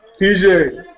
TJ